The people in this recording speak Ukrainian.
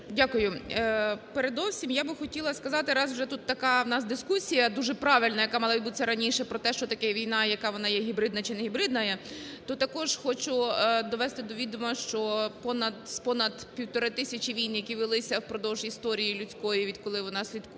Дякую. Передовсім я хотіла сказати, раз у нас тут вже така дискусія дуже правильна, яка мала відбутися раніше, про те, що таке війна і яка вона є: гібридна чи не гібридна. То також хочу довести до відому, що понад півтори тисячі війн, які велися впродовж історії людської, відколи вона